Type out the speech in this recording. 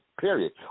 period